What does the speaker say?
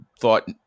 thought